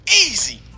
Easy